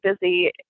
busy